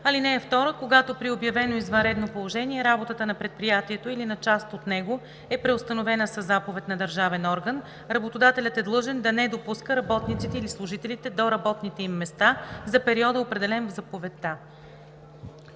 така: „(2) Когато при обявено извънредно положение работата на предприятието или на част от него е преустановена със заповед на държавен орган, работодателят е длъжен да не допуска работниците или служителите до работните им места за периода, определен в заповедта.“